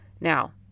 Now